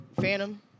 Phantom